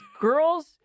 girls